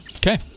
Okay